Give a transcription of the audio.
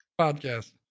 podcast